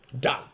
Done